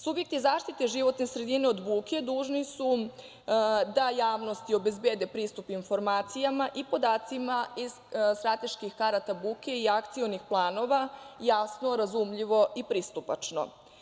Subjekti zaštite životne sredine od buke dužni su da javnosti obezbede pristup informacijama i podacima iz strateških karata buke i akcionih planova, jasno, razumljivo i pristupačno.